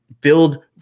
build